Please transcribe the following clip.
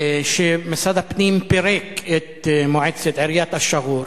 שמשרד הפנים פירק את מועצת עיריית א-שגור,